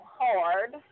hard